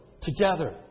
together